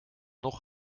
nog